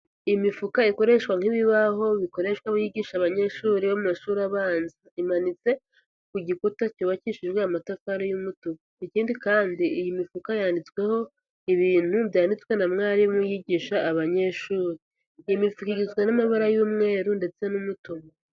Imifuka ikoreshwa nk'ibibaho bikoreshwa wigisha abanyeshuri bo mu mashuri abanza, imanitse ku gikuta cyubakishijwe amatafari y'umutu, ikindi kandi iyi mifuka yanditsweho ibintu byanditswe na mwarimu yigisha abanyeshuri, iyi mifuka igizwe n'amabara y'umweru ndetse n'umutuku.